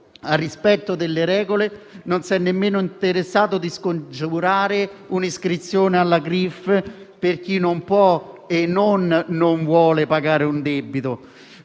al rispetto delle regole, non si è nemmeno interessato a scongiurare un'iscrizione alla Crif per chi non può pagare un debito: